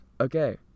Okay